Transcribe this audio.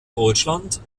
deutschland